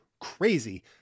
crazy